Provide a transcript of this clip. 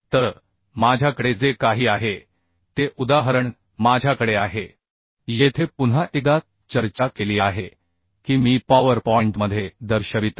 तर माझ्याकडे जे काही आहे ते उदाहरण माझ्याकडे आहे येथे पुन्हा एकदा चर्चा केली आहे की मी पॉवर पॉईंटमध्ये दर्शवित आहे